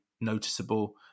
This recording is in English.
noticeable